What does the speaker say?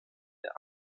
der